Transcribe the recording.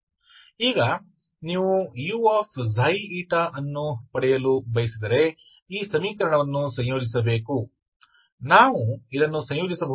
ಈಗ ನೀವು uξη ಅನ್ನು ಪಡೆಯಲು ಬಯಸಿದರೆ ಈ ಸಮೀಕರಣವನ್ನು ಸಂಯೋಜಿಸಬೇಕು ನಾವು ಇದನ್ನು ಸಂಯೋಜಿಸಬಹುದೇ